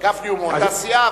גפני הוא מאותה סיעה,